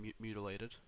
mutilated